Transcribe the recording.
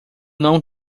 não